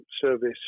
service